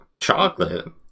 Chocolate